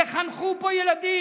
יחנכו פה ילדים,